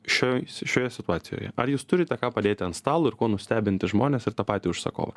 šioj šioje situacijoje ar jūs turite ką padėti ant stalo ir kuo nustebinti žmones ir tą patį užsakovą